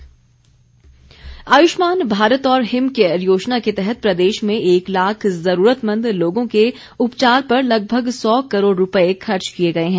विपिन परमार आयुष्मान भारत और हिम केयर योजना के तहत प्रदेश में एक लाख ज़रूरतमंद लोगों के उपचार पर लगभग सौ करोड़ रूपए खर्च किए गए हैं